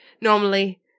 Normally